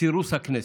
סירוס הכנסת.